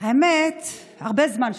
האמת, הרבה זמן שתקתי.